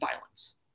violence